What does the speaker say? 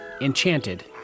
Enchanted